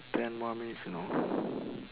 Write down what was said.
ten more minutes you know